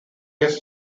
his